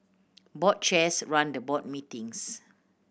board chairs run the board meetings